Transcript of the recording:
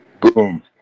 Boom